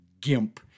gimp